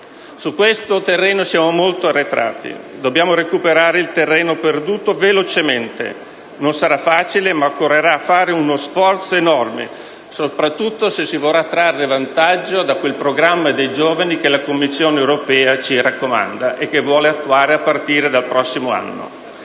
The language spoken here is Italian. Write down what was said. Su questo terreno siamo molto arretrati: dobbiamo recuperare il terreno perduto velocemente; non sara facile, ma occorrerafare uno sforzo enorme, soprattutto se si vorra trarre vantaggio da quel programma per i giovani che la Commissione europea ci raccomanda e che vuole attuare a partire dal prossimo anno.